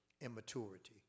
immaturity